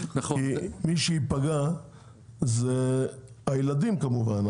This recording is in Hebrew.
כי מי שייפגע זה הילדים כמובן,